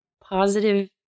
positive